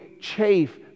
chafe